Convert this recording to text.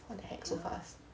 what the heck so fast